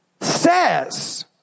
says